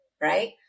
right